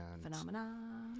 Phenomena